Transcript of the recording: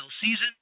season